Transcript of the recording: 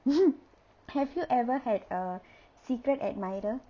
have you ever had a secret admirer